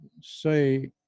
say